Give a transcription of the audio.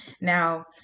Now